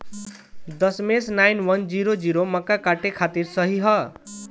दशमेश nine one zero zero मक्का काटे खातिर सही ह?